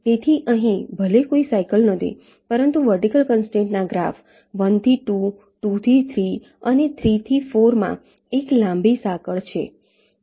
તેથી અહીં ભલે કોઈ સાઈકલ નથી પરંતુ વર્ટિકલ કન્સ્ટ્રેંટના ગ્રાફ 1 થી 2 2 થી 3 અને 3 થી 4 માં એક લાંબી સાંકળ છે